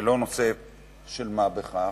הוא לא נושא של מה בכך,